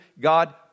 God